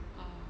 !wow!